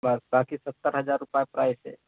बस बाक़ी सत्तर हज़ार रुपये प्राइस है